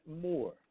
more